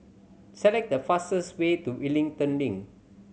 select the fastest way to Wellington Link